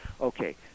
Okay